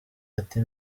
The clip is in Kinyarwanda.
ati